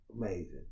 amazing